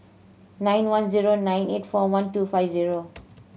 nine one zero nine eight four one two five zero